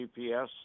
GPS